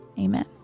Amen